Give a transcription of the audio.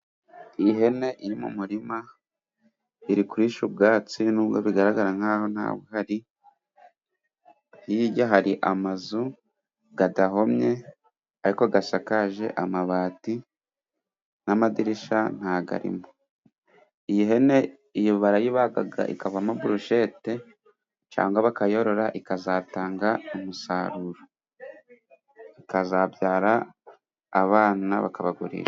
Ihene iri mu murima iri kurisha ubwatsi n'ubwo bigaragara nk'aho ntabuhari, hirya hari amazu adahomye ariko asakaje amabati n'amadirishya nta yarimo. Iyi hene iyo barayibaga ikavamo burushete cyangwa bakayorora, ikazatanga umusaruro ikazabyara abana bakabagurisha.